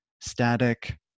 static